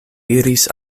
iris